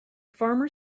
farmer